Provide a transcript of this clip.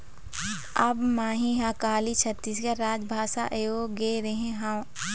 अब मही ह काली छत्तीसगढ़ राजभाषा आयोग गे रेहे हँव